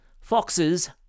foxes